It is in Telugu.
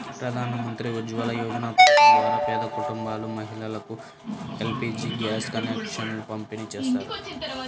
ప్రధాన్ మంత్రి ఉజ్వల యోజన పథకం ద్వారా పేద కుటుంబాల మహిళలకు ఎల్.పీ.జీ గ్యాస్ కనెక్షన్లను పంపిణీ చేస్తారు